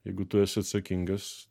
jeigu tu esi atsakingas